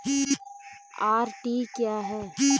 RD क्या है?